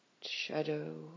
shadow